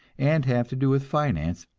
and have to do with finance,